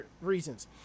reasons